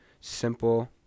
simple